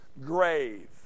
grave